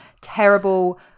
terrible